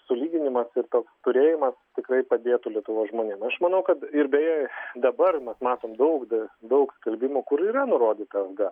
sulyginimas ir toks turėjimas tikrai padėtų lietuvos žmonėm aš manau kad ir beje dabar mes matom daug daug skelbimų kur yra nurodyta alga